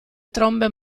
trombe